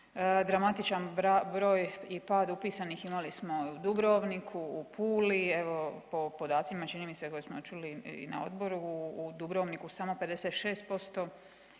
Dramatičan broj je pad upisanih imali smo u Dubrovniku, u Puli. Evo po podacima čini mi se koje smo čuli i na odboru u Dubrovniku samo 56%